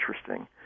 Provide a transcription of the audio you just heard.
interesting